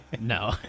No